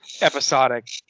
episodic